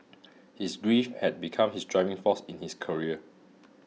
his grief had become his driving force in his career